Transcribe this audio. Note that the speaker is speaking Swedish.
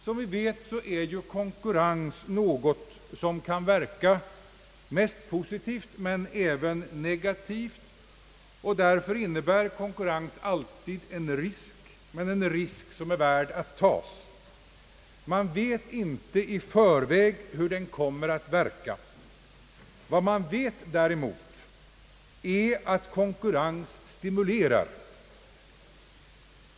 Som vi vet är konkurrens något som för det mesta verkar positivt men som även kan verka negativt. Därför inne bär konkurrens alltid en risk, men en risk som är värd att tagas. Man vet inte i förväg hur den kommer att verka. Vad man däremot vet är att konkurrens stimulerar.